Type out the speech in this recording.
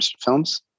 films